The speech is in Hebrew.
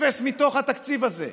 אפס מתוך התקציב הזה.